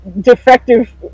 defective